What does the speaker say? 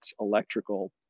electrical